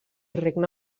regne